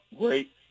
Great